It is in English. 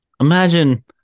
Imagine